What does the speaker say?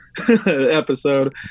episode